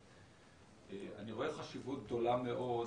אני רואה חשיבות גדולה מאוד